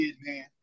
man